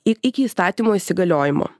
iki įstatymo įsigaliojimo